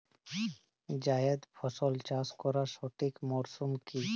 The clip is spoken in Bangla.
জায়েদ ফসল চাষ করার সঠিক মরশুম কি?